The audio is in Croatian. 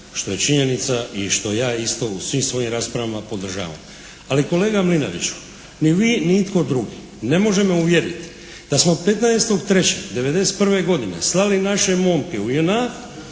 što je činjenica i što ja isto u svim svojim raspravama podržavam. Ali kolega Mlinariću ni vi, ni itko drugi ne može me uvjeriti da smo 15.3.'91. godine slali naše momke u JNA